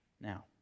Now